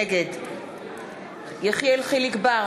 נגד יחיאל חיליק בר,